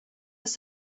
were